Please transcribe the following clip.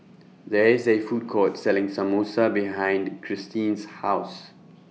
There IS A Food Court Selling Samosa behind Christene's House